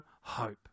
hope